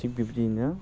थिग बिबदियैनो